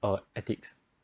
uh ethics